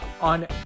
on